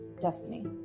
Destiny